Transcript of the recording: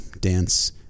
dance